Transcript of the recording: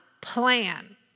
plan